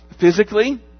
physically